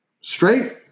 straight